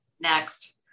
Next